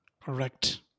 Correct